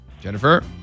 Jennifer